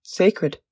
sacred